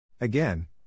Again